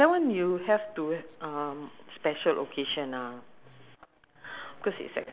big prawns is uh I think six fifty ke seven seven dollars seven dollars seven dollars